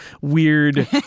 weird